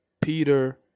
Peter